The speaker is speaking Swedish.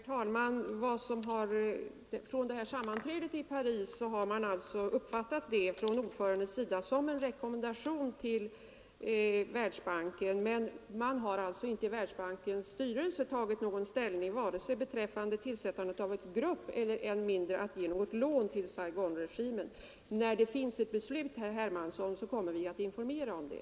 Herr talman! Vid sammanträdet i Paris har man från ordförandens sida uppfattat det som en rekommendation till Världsbanken, men man har inte i Världsbankens styrelse tagit ställning vare sig beträffande tillsättandet av en grupp eller, än mindre, till att ge något lån till Saigonregimen. När det finns ett beslut, herr Hermansson, kommer vi att informera om det.